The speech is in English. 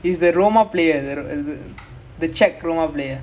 manchester they bully the maine lah